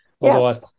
Yes